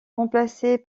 remplacé